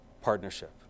partnership